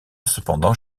cependant